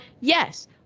yes